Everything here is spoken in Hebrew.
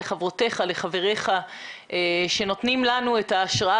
לחברותיך וחבריך שנותנים לנו את ההשראה